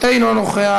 אינו נוכח,